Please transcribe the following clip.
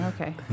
Okay